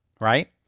right